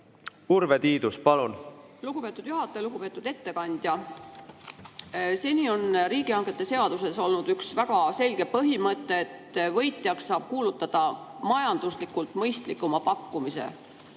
Urve Tiidus, palun! Lugupeetud juhataja! Lugupeetud ettekandja! Seni on riigihangete seaduses olnud üks väga selge põhimõte: võitjaks saab kuulutada majanduslikult mõistlikuima pakkumise.